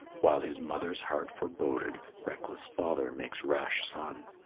while his mother's heart foreboded reckless father makes rash son.